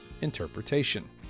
interpretation